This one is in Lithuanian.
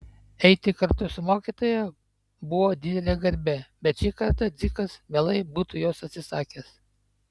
eiti kartu su mokytoja buvo didelė garbė bet šį kartą dzikas mielai būtų jos atsisakęs